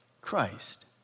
Christ